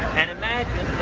and imagine